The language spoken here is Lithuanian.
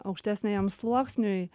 aukštesniajam sluoksniui